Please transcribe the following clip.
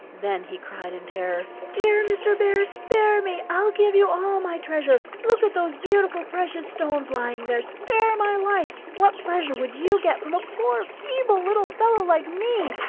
then he cried in terror dear mr. bear, spare me! i'll give you all my treasure. look at those beautiful precious stones lying there. spare my life! what pleasure would you get from a poor feeble little fellow like me?